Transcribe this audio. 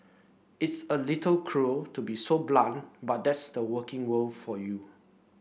it's a little cruel to be so blunt but that's the working world for you